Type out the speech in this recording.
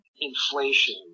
inflation